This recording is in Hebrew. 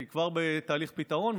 היא כבר בתהליך פתרון,